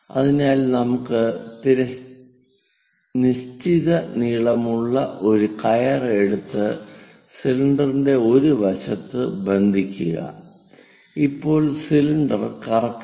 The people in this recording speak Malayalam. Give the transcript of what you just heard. അതിനാൽ നമുക്ക് നിശ്ചിത നീളമുള്ള ഒരു കയർ എടുത്ത് സിലിണ്ടറിന്റെ ഒരു വശത്ത് ബന്ധിക്കുക ഇപ്പോൾ സിലിണ്ടർ കറക്കുക